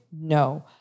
No